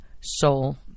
soul